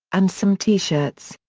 and some t-shirts.